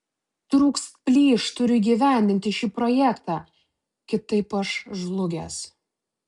trūks plyš turiu įgyvendinti šį projektą kitaip aš žlugęs